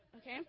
okay